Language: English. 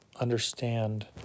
understand